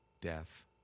death